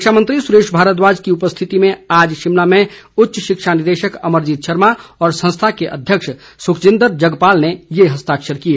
शिक्षामंत्री सुरेश भारद्वाज की उपस्थिति में आज शिमला में उच्च शिक्षा निदेशक अमरजीत शर्मा और संस्था के अध्यक्ष सुखजिंदर जगपाल ने ये हस्ताक्षर किए